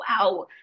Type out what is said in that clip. wow